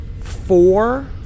four